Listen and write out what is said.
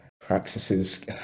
practices